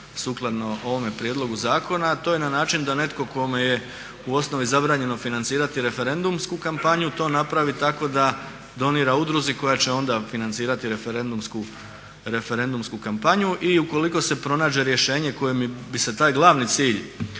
sukladno ovome prijedlogu zakona, to je na način da netko kome je u osnovi zabranjeno financirati referendumsku kampanju to napravi tako da donira udruzi koja će onda financirati referendumsku kampanju i ukoliko se pronađe rješenje kojim bi se taj glavni cilj